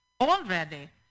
Already